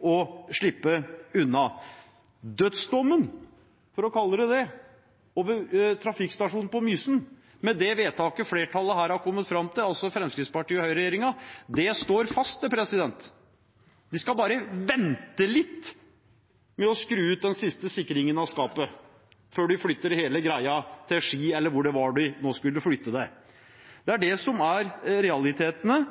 å slippe unna. Dødsdommen, for å kalle det det, over trafikkstasjonen på Mysen, med det vedtaket flertallet, altså Fremskrittspartiet og regjeringspartiene, her har kommet fram til, står fast. De skal bare vente litt med å skru ut den siste sikringen i skapet før de flytter hele greia til Ski, eller hvor det nå var de skulle flytte det. Det er det som er realitetene